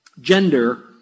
gender